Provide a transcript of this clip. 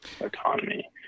economy